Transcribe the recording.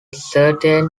certain